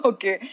Okay